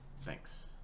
Thanks